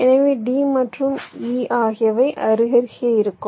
எனவே d மற்றும் e ஆகியவை அருகருகே இருக்கும்